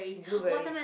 blueberries